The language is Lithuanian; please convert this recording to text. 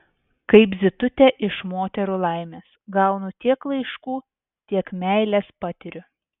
kaip zitutė iš moterų laimės gaunu tiek laiškų tiek meilės patiriu